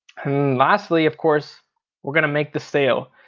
lastly of course we're gonna make the sale.